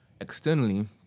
externally